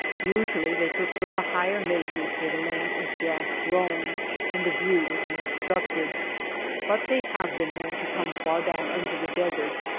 usually they prefer the higher mesas where the land is grass-grown and the view is unobstructed but they have been known to come far down into the desert.